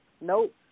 nope